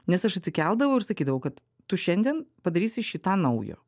nes aš atsikeldavau ir sakydavau kad tu šiandien padarysi šį tą naujo